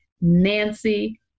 Nancy